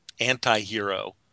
anti-hero